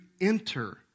enter